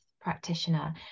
practitioner